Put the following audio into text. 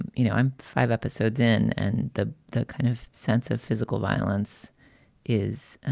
and you know, i'm five episodes in and the the kind of sense of physical violence is